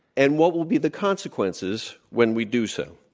and what will be the consequences when we do so?